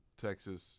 Texas